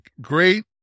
great